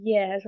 Yes